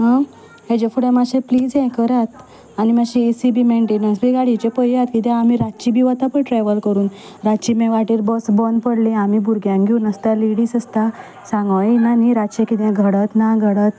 हेजे फुडें मातशें प्लीज हें करात आनी मातशी ए सी बी मेन्टेन्स बी गाडयेचें पळयात किद्या आमी रातची बी वता पळय ट्रेवल करून रातची मागीर वाटेर बस बंद पडली आमी भुरग्यांक घेवन आसता लेडीज आसता सांगो येयना न्ही रातचें किदें घडत ना घडत